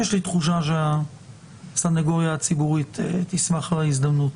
יש לי תחושה שהסנגוריה הציבורית תשמח להזדמנות.